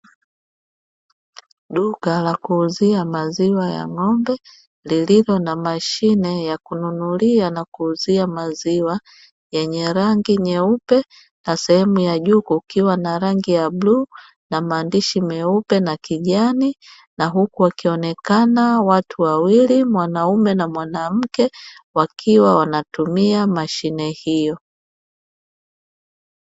Duka la kuuzia maziwa ya ng'ombe lililo na mashine ya kununulia na kuuzia maziwa yenye rangi nyeupe na sehemu ya juu kukiwa na rangi ya bluu na maandishi meupe na kijani, na huku wakionekana watu wawili mwanaume na mwanamke wakiwa wanatumia mashine hiyo.